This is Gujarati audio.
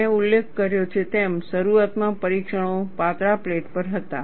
મેં ઉલ્લેખ કર્યો છે તેમ શરૂઆતમાં પરીક્ષણો પાતળા પ્લેટો પર હતા